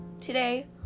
Today